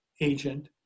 agent